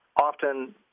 often